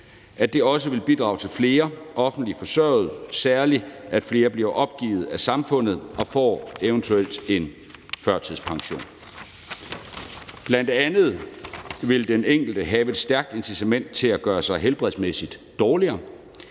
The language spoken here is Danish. at det også vil bidrage til flere offentligt forsørgede, særlig at flere bliver opgivet af samfundet og eventuelt får en førtidspension. Bl.a. vil den enkelte have et stærkt incitament til at gøre sig helbredsmæssigt dårligere,